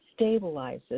stabilizes